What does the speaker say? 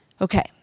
Okay